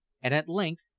and at length,